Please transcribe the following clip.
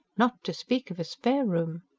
not to speak of a spare room